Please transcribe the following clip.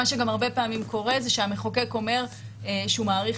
מה שהרבה פעמים קורה שהמחוקק אומר שהוא מאריך